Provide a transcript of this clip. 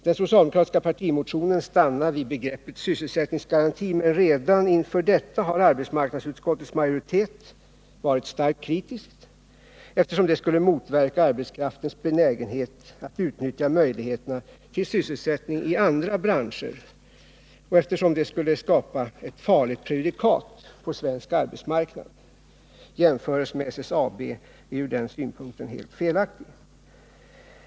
Den socialdemokratiska partimotionen stannar vid begreppet sysselsättningsgaranti, men redan inför detta har arbetsmarknadsutskottets majoritet varit starkt kritisk, eftersom det skulle motverka arbetskraftens benägenhet att utnyttja möjligheterna till sysselsättning i andra branscher och eftersom det dessutom skulle skapa ett farligt prejudikat på svensk arbetsmarknad. 25 Jämförelsen med SSAB är från den synpunkten helt felaktig.